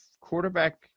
quarterback